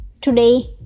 today